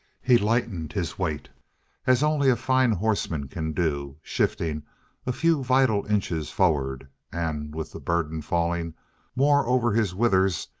he lightened his weight as only a fine horseman can do, shifting a few vital inches forward, and with the burden falling more over his withers,